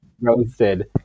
Roasted